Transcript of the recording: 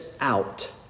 out